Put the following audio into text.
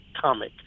comic